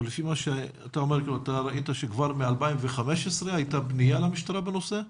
אתה ראית שכבר מ-2015 הייתה פנייה למשטרה בנושא?